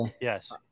yes